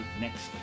next